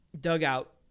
dugout